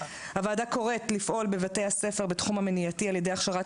הוועדה קוראת לפעול בבתי הספר בתחום המניעתי על-ידי הכשרת